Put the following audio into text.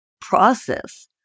process